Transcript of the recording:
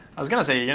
i was going to say,